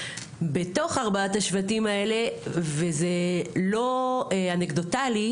בתוך ארבעת השבטים האלה, וזה לא אנקדוטלי,